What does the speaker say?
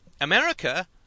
America